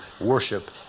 worship